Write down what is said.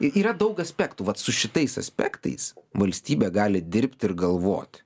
yra daug aspektų vat su šitais aspektais valstybė gali dirbti ir galvoti